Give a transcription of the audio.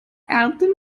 ernten